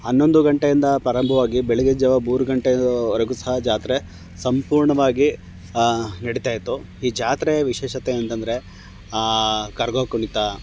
ಹನ್ನೊಂದು ಗಂಟೆಯಿಂದ ಪ್ರಾರಂಭವಾಗಿ ಬೆಳಗ್ಗಿನ ಜಾವ ಮೂರ್ಗಂಟೆವರೆಗು ಸಹ ಜಾತ್ರೆ ಸಂಪೂರ್ಣವಾಗಿ ನಡೀತಾ ಇತ್ತು ಈ ಜಾತ್ರೆಯ ವಿಶೇಷತೆ ಏನಂತ ಅಂದ್ರೆ ಕರಗ ಕುಣಿತ